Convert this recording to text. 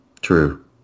true